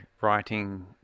writing